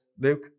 Luke